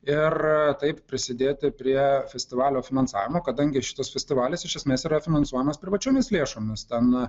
ir taip prisidėti prie festivalio finansavimo kadangi šitas festivalis iš esmės yra finansuojamas privačiomis lėšomis ten